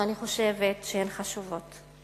שאני חושבת שהן חשובות.